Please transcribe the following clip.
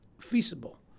feasible